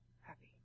happy